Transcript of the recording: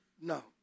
no